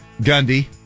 Gundy